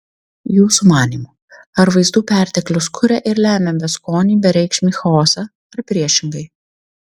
jūsų manymu ar vaizdų perteklius kuria ir lemia beskonį bereikšmį chaosą ar priešingai